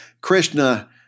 Krishna